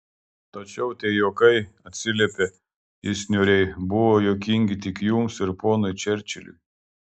tačiau tie juokai atsiliepė jis niūriai buvo juokingi tik jums ir ponui čerčiliui